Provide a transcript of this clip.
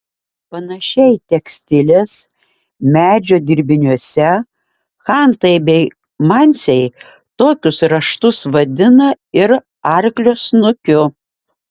panašiai tekstilės medžio dirbiniuose chantai bei mansiai tokius raštus vadina ir arklio snukiu